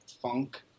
funk